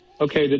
Okay